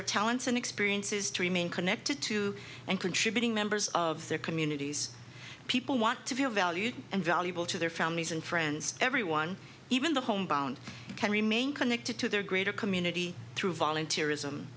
their talents and experiences to remain connected to and contributing members of their communities people want to feel valued and valuable to their families and friends everyone even the homebound can remain connected to their greater community through volunteerism